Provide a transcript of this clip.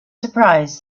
surprise